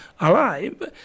alive